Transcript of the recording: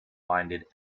minded